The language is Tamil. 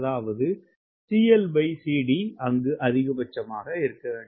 அதாவது அதிகபட்சமாக இருக்க வேண்டும்